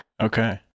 Okay